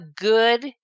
good